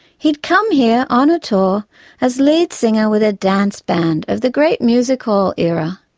he'd come here on ah tour as lead singer with a dance band of the great music hall era,